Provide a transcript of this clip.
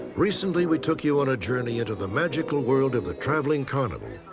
recently, we took you on a journey into the magical world of the traveling carnival.